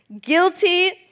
guilty